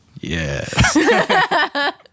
Yes